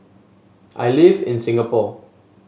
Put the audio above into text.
I live in Singapore